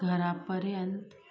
घरापऱ्यांत